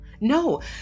no